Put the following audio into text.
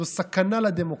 זאת סכנה לדמוקרטיה,